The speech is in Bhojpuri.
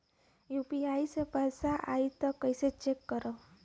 यू.पी.आई से पैसा आई त कइसे चेक खरब?